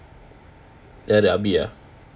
ya the ah bee ah